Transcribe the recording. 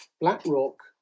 BlackRock